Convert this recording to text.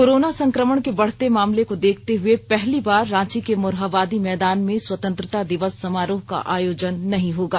corona संकमण के बढ़ते मामले को देखते हुए पहली बार रांची के मोरहाबादी मैदान में स्वतंत्रता दिवस समारोह का आयोजन नहीं होगा